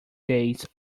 days